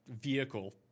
vehicle